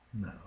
No